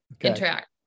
interact